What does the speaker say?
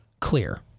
Clear